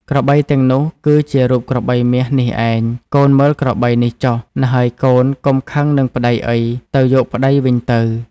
ក្របីទាំងនោះ គឺជារូបក្របីមាសនេះឯង កូនមើលក្របីនេះចុះ ណ្ហើយកូន កុំខឹងនឹងប្តីអី ទៅយកប្តីវិញទៅ។